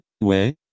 ouais